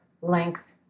length